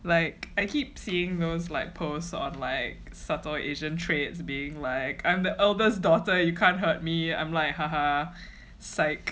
like I keep seeing those liike posts on like subtle asian traits being like I'm the eldest daughter you can't hurt me I'm like haha psyche